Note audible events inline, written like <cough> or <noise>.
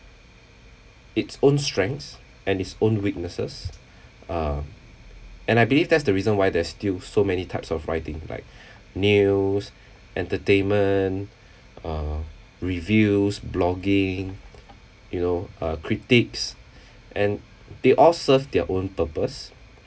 its own strengths and its own weaknesses uh and I believe that's the reason why there's still so many types of writing like <breath> news entertainment uh reviews blogging you know uh critics <breath> and they all serve their own purpose